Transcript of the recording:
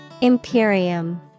Imperium